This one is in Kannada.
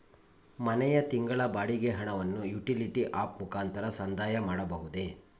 ಮನೆಯ ತಿಂಗಳ ಬಾಡಿಗೆ ಹಣವನ್ನು ಯುಟಿಲಿಟಿ ಆಪ್ ಮುಖಾಂತರ ಸಂದಾಯ ಮಾಡಬಹುದೇ?